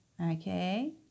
okay